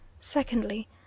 secondly